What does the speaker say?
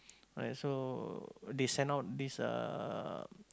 right so they send out this uh